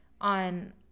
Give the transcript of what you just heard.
on